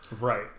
right